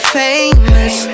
famous